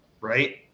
Right